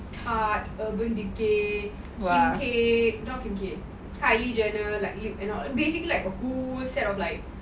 tart cakes sing K kylie jenna basically two sets of like